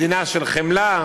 מדינה של חמלה.